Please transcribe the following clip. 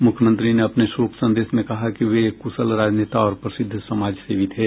मुख्यमंत्री ने अपने शोक संदेश में कहा कि वे एक कुशल राजनेता और प्रसिद्ध समाजसेवी थे